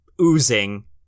oozing